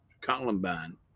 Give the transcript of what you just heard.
Columbine